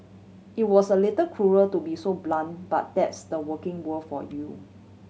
it was a little cruel to be so blunt but that's the working world for you